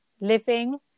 living